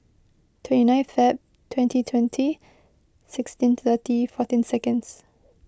twenty nine Feb twenty twenty sixteen thirty fourteen seconds